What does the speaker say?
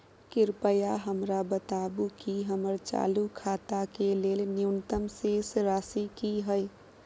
कृपया हमरा बताबू कि हमर चालू खाता के लेल न्यूनतम शेष राशि की हय